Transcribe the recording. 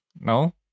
No